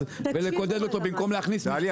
ולקודד אותו במקום להכניס --- דליה,